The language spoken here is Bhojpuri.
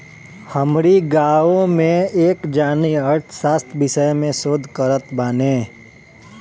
हमरी गांवे में एक जानी अर्थशास्त्र विषय में शोध करत बाने